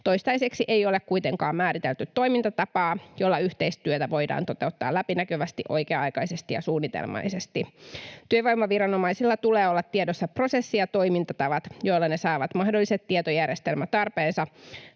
Toistaiseksi ei ole kuitenkaan määritelty toimintatapaa, jolla yhteistyötä voidaan toteuttaa läpinäkyvästi, oikea-aikaisesti ja suunnitelmallisesti. Työvoimaviranomaisilla tulee olla tiedossa prosessi- ja toimintatavat, joilla ne saavat mahdolliset tietojärjestelmätarpeensa